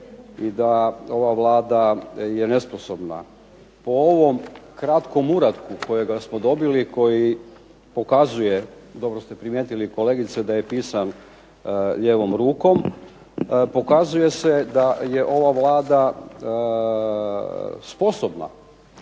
i da ova Vlada je nesposobna. Po ovom kratkom uratku kojega smo dobili, koji pokazuje, dobro ste primjetili kolegice da je pisan lijevom rukom, pokazuje se da je ova Vlada sposobna,